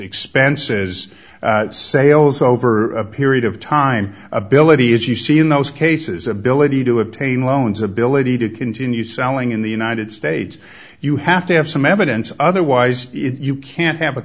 expenses sales over a period of time ability as you see in those cases ability to obtain loans ability to continue selling in the united states you have to have some evidence otherwise you can't have a